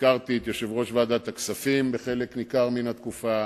הזכרתי את יושב-ראש ועדת הכספים בחלק ניכר מהתקופה,